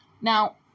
Now